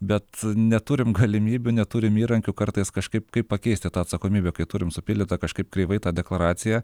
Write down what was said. bet neturim galimybių neturim įrankių kartais kažkaip kaip pakeisti tą atsakomybę kai turim supildytą kažkaip kreivai tą deklaraciją